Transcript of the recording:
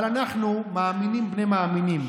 אבל אנחנו מאמינים בני מאמינים.